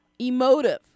emotive